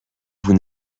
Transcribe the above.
vous